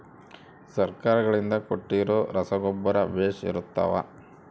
ಸರ್ಕಾರಗಳಿಂದ ಕೊಟ್ಟಿರೊ ರಸಗೊಬ್ಬರ ಬೇಷ್ ಇರುತ್ತವಾ?